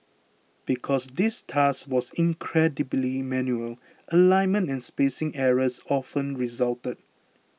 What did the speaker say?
because this task was incredibly manual alignment and spacing errors often resulted